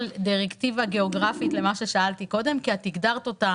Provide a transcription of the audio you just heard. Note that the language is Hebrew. דירקטיבה גיאוגרפית למה ששאלתי קודם כי את הגדרת אותה